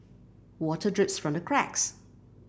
water drips from the cracks